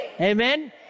Amen